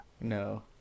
no